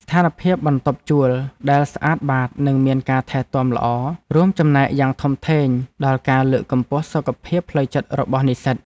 ស្ថានភាពបន្ទប់ជួលដែលស្អាតបាតនិងមានការថែទាំល្អរួមចំណែកយ៉ាងធំធេងដល់ការលើកកម្ពស់សុខភាពផ្លូវចិត្តរបស់និស្សិត។